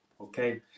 okay